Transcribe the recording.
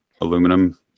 aluminum